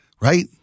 Right